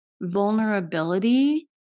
vulnerability